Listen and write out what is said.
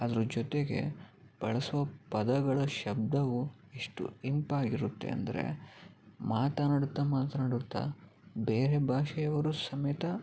ಅದರ ಜೊತೆಗೆ ಬಳಸೊ ಪದಗಳ ಶಬ್ದವು ಎಷ್ಟು ಇಂಪಾಗಿರುತ್ತೆ ಅಂದರೆ ಮಾತನಾಡುತ್ತಾ ಮಾತನಾಡುತ್ತಾ ಬೇರೆ ಭಾಷೆಯವರು ಸಮೇತ